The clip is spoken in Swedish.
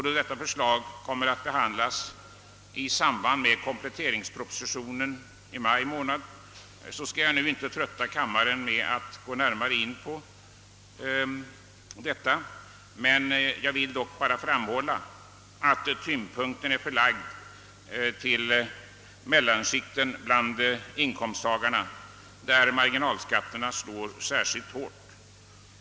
Då detta förslag kommer att behandlas i samband med kompletteringspropositionen i maj månad skall jag nu inte trötta kammaren med att gå närmare in på det, men jag vill framhålla att tyngdpunkten är förlagd till mellanskikten bland inkomsttagarna, där marginalskatterna slår särskilt hårt.